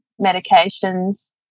medications